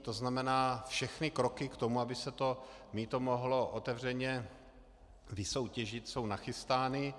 To znamená, všechny kroky k tomu, aby se to mýto mohlo otevřeně vysoutěžit, jsou nachystány.